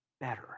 better